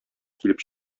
килеп